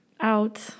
Out